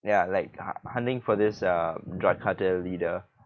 ya like hu~ hunting for this uh drug cartel leader